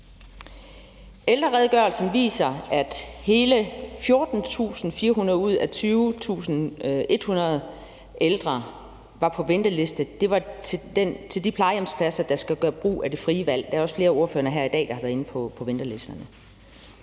Ældreredegørelsen viser, at hele 14.400 ud af 20.100 ældre var på venteliste. Det var til de plejehjemspladser, der skal gøre brug af det frie valg. Der er også flere af ordførerne her i dag, der har været inde på det med ventelisterne.